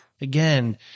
again